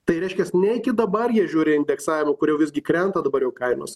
tai reiškias ne iki dabar jie žiūri indeksavimą kur jau visgi krenta dabar jau kainos